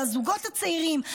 על הזוגות הצעירים,